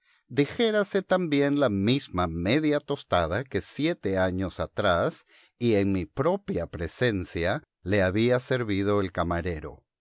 café dijérase también la misma media tostada que siete años atrás y en mi propia presencia le había servido el camarero